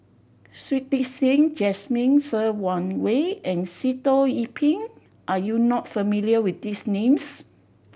Shui Tit Sing Jasmine Ser Xiang Wei and Sitoh Yih Pin are you not familiar with these names